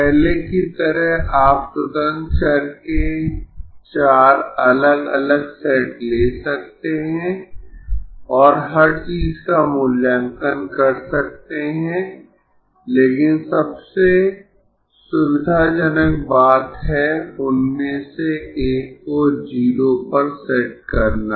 पहले की तरह आप स्वतंत्र चर के चार अलग अलग सेट ले सकते है और हर चीज का मूल्यांकन कर सकते है लेकिन सबसे सुविधाजनक बात है उनमें से एक को 0 पर सेट करना